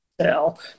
tell